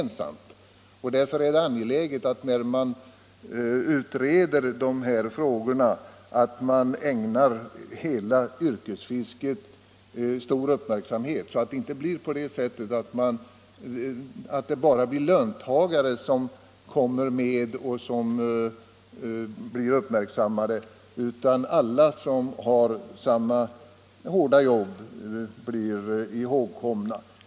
När vi utreder dessa frågor är det därför angeläget att ägna hela yrkesfisket stor uppmärksamhet, så att inte bara löntagarna blir uppmärksammade utan alla som har samma hårda jobb bör bli ihågkomna.